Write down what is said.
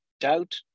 doubt